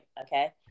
okay